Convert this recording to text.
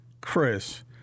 Chris